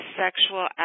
sexual